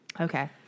okay